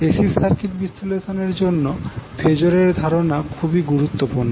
AC circuit বিশ্লেষণ এর জন্য ফেজর এর ধারণা খুবই গুরুত্বপূর্ণ